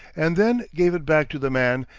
and then gave it back to the man,